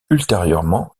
ultérieurement